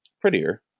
prettier